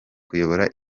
kuyobora